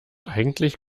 eigentlich